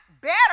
better